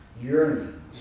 yearning